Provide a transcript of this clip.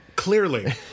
Clearly